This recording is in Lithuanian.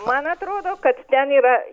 man atrodo kad ten yra